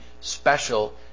special